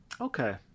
Okay